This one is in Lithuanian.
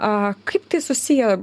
a kaip tai susiję